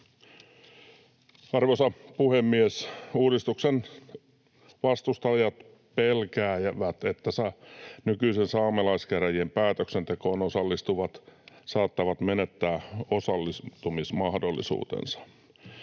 Arvoisa puhemies! Uudistuksen vastustajat pelkäävät, että nykyisen saamelaiskäräjien päätöksentekoon osallistuvat saattavat menettää osallistumismahdollisuutensa.